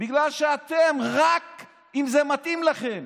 בגלל שאתם, רק אם זה מתאים לכם.